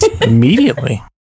immediately